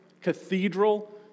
cathedral